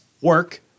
work